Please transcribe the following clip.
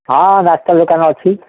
ହଁ ନାସ୍ତା ଦୋକାନ ଅଛି